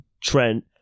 Trent